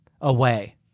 Away